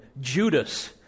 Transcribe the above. Judas